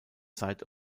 side